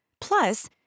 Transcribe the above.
Plus